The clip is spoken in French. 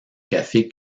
café